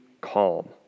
calm